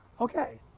Okay